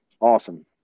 awesome